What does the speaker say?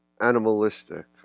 animalistic